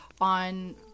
on